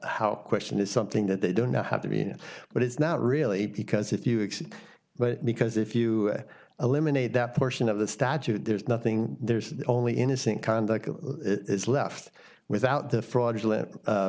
how question is something that they don't know how to do you know but it's not really because if you exceed but because if you eliminate that portion of the statute there's nothing there's only innocent conduct is left without the fraudulent